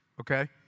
okay